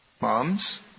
moms